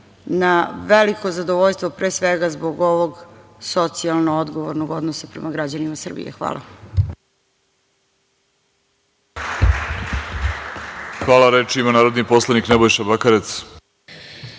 na veliko zadovoljstvo pre svega zbog ovog socijalno odgovornog odnosa prema građanima Srbije. Hvala. **Vladimir Orlić** Hvala. Reč ima narodni poslanik Nebojša Bakarec.